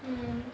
mm